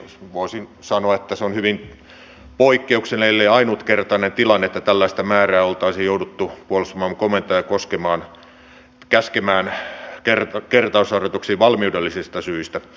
voisin sanoa että se on hyvin poikkeuksellinen ellei ainutkertainen tilanne että tällaista määrää olisi joutunut puolustusvoimien komentaja käskemään kertausharjoituksiin valmiudellisista syistä